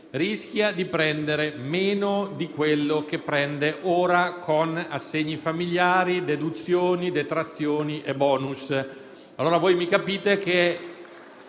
rischia di prendere meno di quello che prende ora con assegni familiari, deduzioni, detrazioni e *bonus*.